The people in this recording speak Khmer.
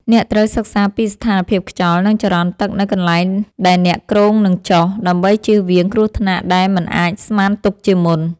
អ្នកត្រូវសិក្សាពីស្ថានភាពខ្យល់ និងចរន្តទឹកនៅកន្លែងដែលអ្នកគ្រោងនឹងចុះ ដើម្បីជៀសវាងគ្រោះថ្នាក់ដែលមិនអាចស្មានទុកជាមុន។